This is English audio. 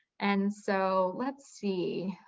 and so let's see.